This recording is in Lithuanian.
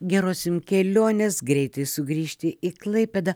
geros jum kelionės greitai sugrįžti į klaipėdą